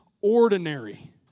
ordinary